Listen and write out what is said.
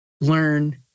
learn